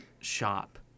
shop